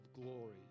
glory